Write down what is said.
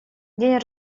день